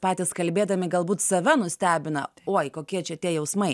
patys kalbėdami galbūt save nustebina uoi kokie čia tie jausmai